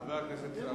חבר הכנסת.